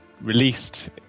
released